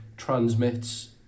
transmits